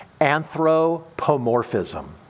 Anthropomorphism